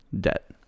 debt